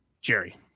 Jerry